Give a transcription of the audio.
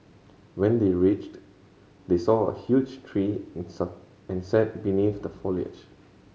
when they reached they saw a huge tree and set and sat beneath the foliage